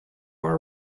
are